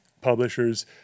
publishers